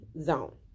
zone